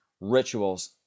rituals